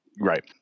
Right